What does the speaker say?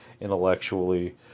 intellectually